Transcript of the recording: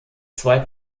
zwei